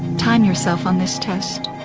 time yourself on this test.